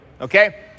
okay